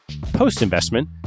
Post-investment